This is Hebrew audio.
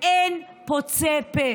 ואין פוצה פה,